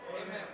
Amen